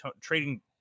trading